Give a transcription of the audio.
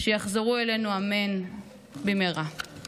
שיחזרו אלינו במהרה, אמן.